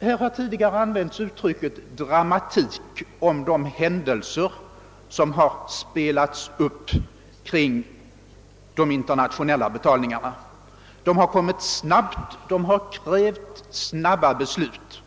Här har tidigare använts uttrycket dramatik om de händelser som spelats upp kring de internationella betalningarna. De har kommit snabbt, de har krävt snabba beslut.